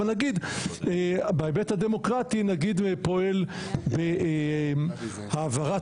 אבל נגיד בהיבט הדמוקרטי פועל בהעברת